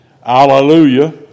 Hallelujah